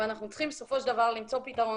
אבל אנחנו צריכים בסופו של דבר למצוא פתרון